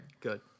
Good